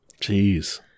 Jeez